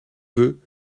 veux